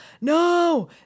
no